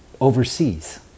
overseas